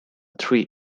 three